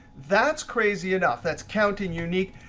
that's crazy enough. that's counting unique.